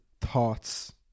thoughts